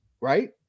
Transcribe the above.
Right